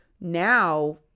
now